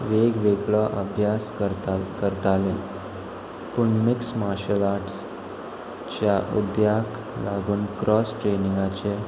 वेगवेगळो अभ्यास करता करताले पूण मिक्स मार्शल आर्ट्सच्या उद्द्याक लागून क्रॉस ट्रेनिंगाचे